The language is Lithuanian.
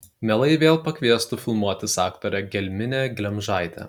mielai vėl pakviestų filmuotis aktorę gelminę glemžaitę